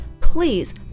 Please